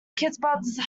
kibbutz